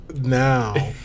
Now